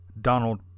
Donald